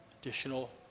additional